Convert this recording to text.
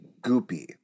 goopy